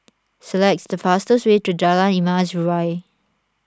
select the fastest way to Jalan Emas Urai